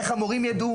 איך המורים יידעו,